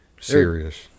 serious